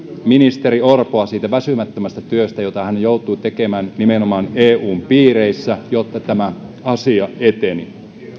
ministeri orpoa siitä väsymättömästä työstä jota hän joutui tekemään nimenomaan eun piireissä jotta tämä asia eteni